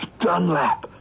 Dunlap